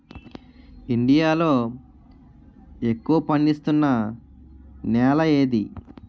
India లో ఎక్కువ పండిస్తున్నా నేల ఏది?